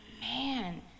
man